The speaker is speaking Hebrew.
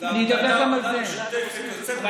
והייתה עבודה משותפת יוצאת מן הכלל?